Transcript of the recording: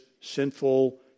sinful